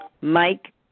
Mike